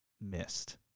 missed